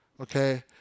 okay